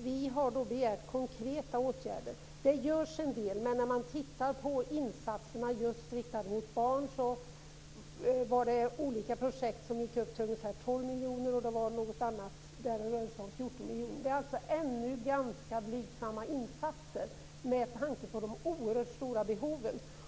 Vi har begärt konkreta åtgärder. Det görs en del, men när man ser på de insatser som är riktade mot barn finner man en del projekt som gick upp till ungefär 12 miljoner, och något som rörde sig om 14 miljoner. Det är alltså ganska blygsamma insatser med tanke på de oerhört stora behoven.